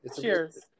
Cheers